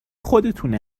خودتونه